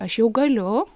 aš jau galiu